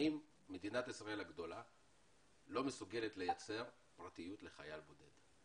האם מדינת ישראל הגדולה לא מסוגלת לייצר פרטיות לחייל בודד?